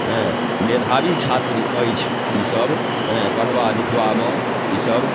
हेँ मेधावी छात्र अछि ईसभ हेँ पढ़बा लिखबामे ईसभ